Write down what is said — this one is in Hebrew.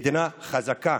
מדינה חזקה,